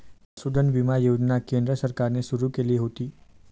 पशुधन विमा योजना केंद्र सरकारने सुरू केली होती